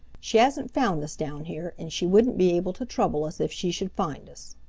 she hasn't found us down here, and she wouldn't be able to trouble us if she should find us.